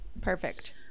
Perfect